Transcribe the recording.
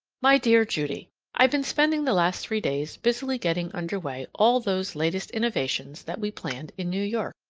my dear judy i've been spending the last three days busily getting under way all those latest innovations that we planned in new york.